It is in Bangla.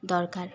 দরকার